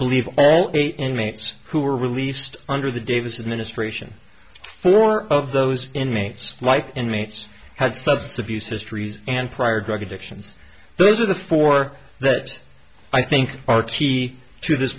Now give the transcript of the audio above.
believe all eight inmates who were released under the davis administration four of those inmates like inmates had substance abuse histories and prior drug addictions those are the four that i think are t to this